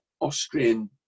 Austrian